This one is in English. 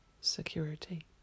security